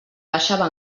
baixava